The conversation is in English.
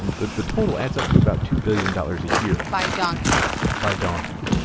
and the the total adds up to about two billion dollars a year by donkey by donkey,